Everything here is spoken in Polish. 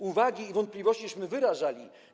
Uwagi i wątpliwości myśmy wyrażali.